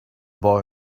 boy